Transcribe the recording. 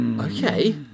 Okay